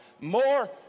more